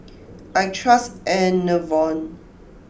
I trust Enervon